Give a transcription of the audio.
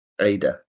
Ada